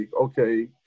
okay